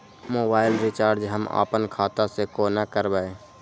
Mobile recharge हम आपन खाता से कोना करबै?